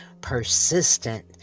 Persistent